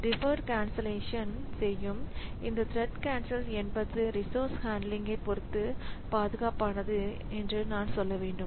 deferred கன்சல்லேஷன்செய்யும் இந்த thread cancel என்பது ரிசோர்சஸ் ஹன்ட்லிங் பொறுத்து பாதுகாப்பானது நான் சொல்ல வேண்டும்